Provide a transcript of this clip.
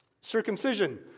Circumcision